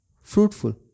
Fruitful